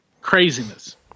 craziness